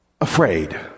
afraid